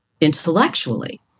intellectually